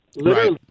Right